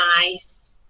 nice